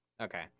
Okay